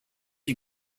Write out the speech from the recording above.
you